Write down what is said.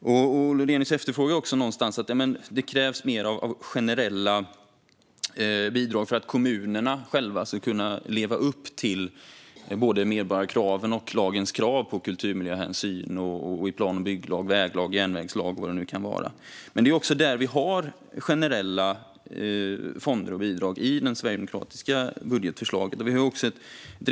Lodenius efterfrågar också mer av generella bidrag för att kommunerna själva ska kunna leva upp till både medborgarkraven och krav på kulturmiljöhänsyn i plan och bygglagen, väglagen, järnvägslagen och vad det nu kan vara. I det sverigedemokratiska budgetförslaget har vi generella fonder och bidrag.